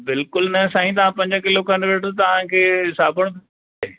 बिल्कुलु न साईं तव्हां पंज किलो खंडु वठो तव्हां खे साबुण फ्री